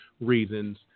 reasons